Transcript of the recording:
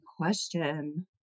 question